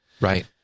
Right